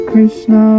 Krishna